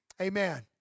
Amen